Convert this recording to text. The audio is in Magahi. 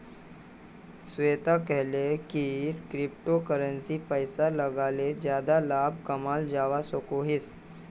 श्वेता कोहले की क्रिप्टो करेंसीत पैसा लगाले ज्यादा लाभ कमाल जवा सकोहिस